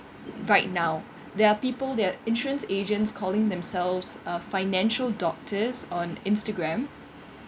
right now there are people there are insurance agents calling themselves uh financial doctors on Instagram